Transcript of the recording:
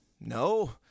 no